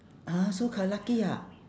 ah so c~ lucky ah